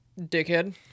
Dickhead